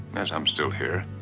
yes, i'm still here.